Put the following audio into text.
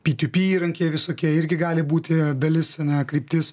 ptop įrankiai visokie irgi gali būti dalis a ne kryptis